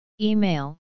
Email